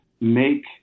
make